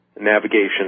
navigation